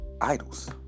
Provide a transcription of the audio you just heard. idols